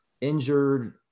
injured